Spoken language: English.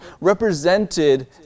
represented